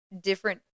Different